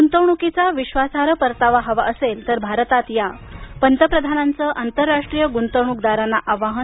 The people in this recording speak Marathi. गुंतवणुकीचा विश्वासार्ह परतावा हवा असेल तर भारतात या पंतप्रधानांचं आंतरराष्ट्रीय गुंतवणूकदारांना आवाहन